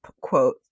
quote